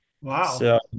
Wow